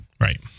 Right